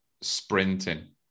sprinting